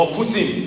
Putin